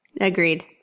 Agreed